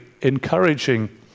encouraging